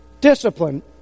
discipline